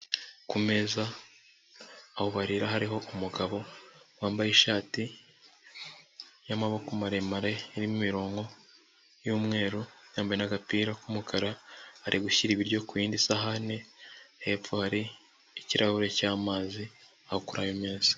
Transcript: Ku meza aho barira hariho umugabo wambaye ishati y'amaboko maremare irimo imirongo y'umweru, yambaye n'agapira k'umukara ari gushyira ibiryo ku yindi sahani, hepfo hari ikirahure cy'amazi aho kuri ayo meza.